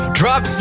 drop